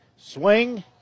Swing